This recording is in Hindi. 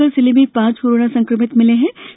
अशोकनगर जिले में पांच कोरोना संक्रमित मरीज मिले हैं